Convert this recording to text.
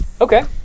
Okay